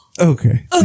okay